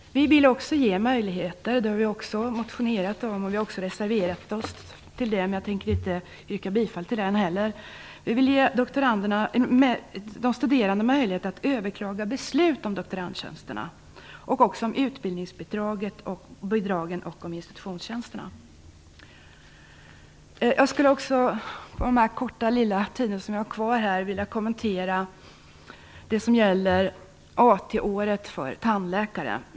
Vi vill också ge de studerande möjligheter att överklaga beslut om doktorandtjänster. Detta har vi motionerat om, och vi har också reserverat oss på den punkten, men jag tänker inte yrka bifall till den reservationen heller. Vi vill också införa möjligheter att överklaga beslut om utbildningsbidrag och institutionstjänster. Jag skulle till sist också vilja kommentera det som gäller AT-året för tandläkare.